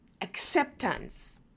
acceptance